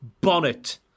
bonnet